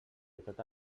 tota